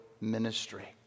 ministry